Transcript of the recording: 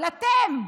אבל אתם,